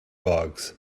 bugs